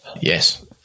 Yes